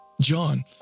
John